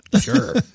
Sure